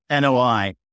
NOI